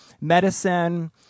medicine